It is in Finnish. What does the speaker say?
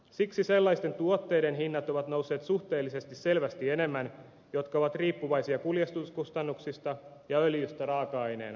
siksi sellaisten tuotteiden hinnat ovat nousseet suhteellisesti selvästi enemmän jotka ovat riippuvaisia kuljetuskustannuksista ja öljystä raaka aineena